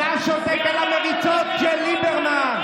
אתה שותק על המריצות של ליברמן.